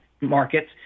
markets